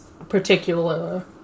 particular